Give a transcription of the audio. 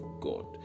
God